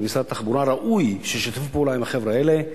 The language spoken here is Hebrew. ומשרד התחבורה ראוי שישתף פעולה עם החבר'ה האלה.